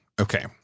Okay